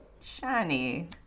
shiny